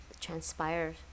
transpire